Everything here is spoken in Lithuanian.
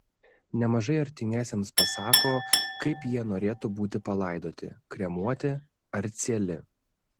nemažai artimiesiems pasako kaip jie norėtų būti palaidoti kremuoti ar cieli